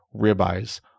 ribeyes